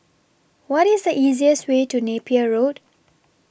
What IS The easiest Way to Napier Road